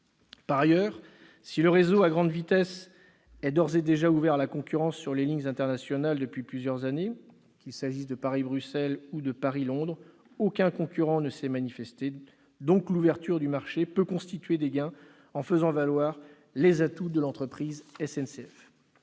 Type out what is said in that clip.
Par ailleurs, si le réseau à grande vitesse est d'ores et déjà ouvert à la concurrence sur les lignes internationales depuis plusieurs années, qu'il s'agisse de Paris-Bruxelles ou de Paris-Londres, aucun concurrent ne s'est manifesté ... L'ouverture du marché peut donc être source de gains si l'entreprise SNCF